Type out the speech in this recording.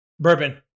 Bourbon